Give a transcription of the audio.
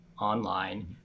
online